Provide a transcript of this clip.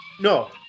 no